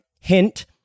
Hint